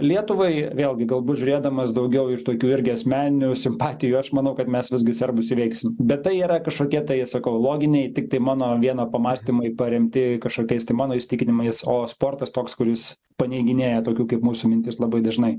lietuvai vėlgi galbūt žiūrėdamas daugiau iš tokių irgi asmeninių simpatijų aš manau kad mes visgi serbus įveiksim bet tai yra kažkokie tai sakau loginiai tiktai mano vieno pamąstymai paremti kažkokiais tai mano įsitikinimais o sportas toks kuris paneiginėja tokių kaip mūsų mintis labai dažnai